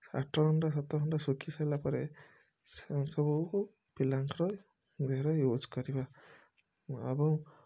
ଆଠ ଘଣ୍ଟା ସାତ ଘଣ୍ଟା ଶୁଖି ସାରିଲା ପରେ ସେମାନେ ସବୁଙ୍କୁ ପିଲାଙ୍କ ଦେହରେ ୟୁଜ୍ କରିବା ଏବଂ